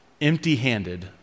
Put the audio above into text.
empty-handed